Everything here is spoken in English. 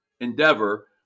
endeavor